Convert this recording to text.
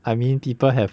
I mean people have